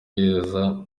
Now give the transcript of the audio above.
meza